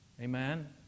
Amen